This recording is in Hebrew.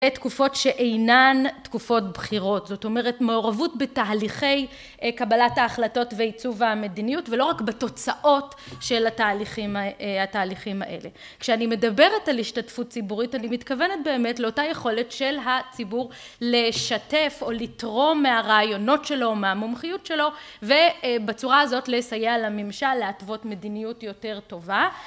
תקופות שאינן תקופות בחירות זאת אומרת מעורבות בתהליכי קבלת ההחלטות ועיצוב המדיניות ולא רק בתוצאות של התהליכים התהליכים האלה כשאני מדברת על השתתפות ציבורית אני מתכוונת באמת לאותה יכולת של הציבור לשתף או לתרום מהרעיונות שלו או מהמומחיות שלו ובצורה הזאת לסייע לממשל להתוות מדיניות יותר טובה